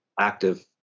active